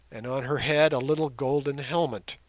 and on her head a little golden helmet.